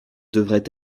devait